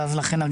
ולכן,